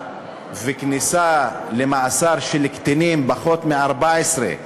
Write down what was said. וכניסה למאסר של קטינים בני פחות מ-14,